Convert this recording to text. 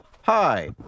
Hi